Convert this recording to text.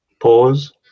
pause